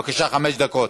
בבקשה, חמש דקות.